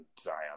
Zion